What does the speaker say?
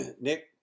Nick